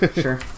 sure